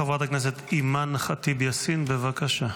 חברת הכנסת אימאן ח'טיב יאסין, בבקשה.